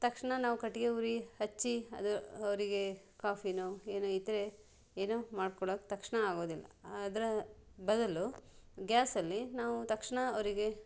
ತಕ್ಷಣ ನಾವು ಕಟ್ಟಿಗೆ ಉರಿ ಹಚ್ಚಿ ಅದು ಅವರಿಗೆ ಕಾಫಿನೋ ಏನೋ ಇದ್ದರೆ ಏನು ಮಾಡ್ಕೊಡೋಕ್ ತಕ್ಷಣ ಆಗೋದಿಲ್ಲ ಅದರ ಬದಲು ಗ್ಯಾಸಲ್ಲಿ ನಾವು ತಕ್ಷಣ ಅವರಿಗೆ